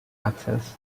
access